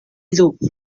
louvre